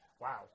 Wow